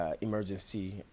Emergency